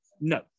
No